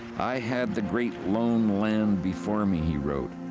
i had the great lone land before me, he wrote,